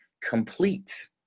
complete